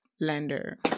Lender